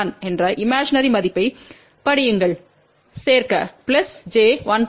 1 என்ற இமேஜினரி மதிப்பைப் படியுங்கள் சேர்க்க j 1